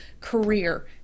career